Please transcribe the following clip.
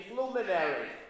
luminaries